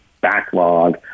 backlog